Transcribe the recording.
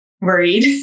worried